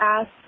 ask